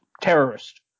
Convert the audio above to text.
terrorist